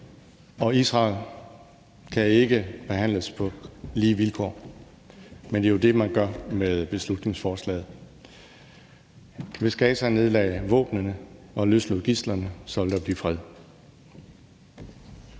og Israel kan ikke behandles på lige vilkår, men det er jo det, man gør med beslutningsforslaget. Hvis Gaza nedlagde våbnene og løslod gidslerne, ville der blive fred.